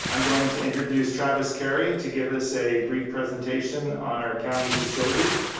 i'm going to introduce travis kerry, to give us a brief presentation on our county facilities.